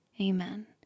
Amen